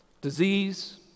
disease